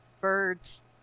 birds